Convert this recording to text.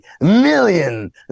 million